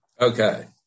Okay